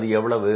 அது எவ்வளவு